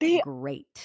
great